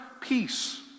Peace